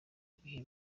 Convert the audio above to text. ibihe